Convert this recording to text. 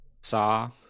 Saw